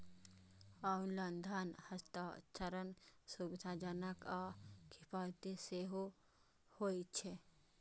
online धन हस्तांतरण सुविधाजनक आ किफायती सेहो होइ छै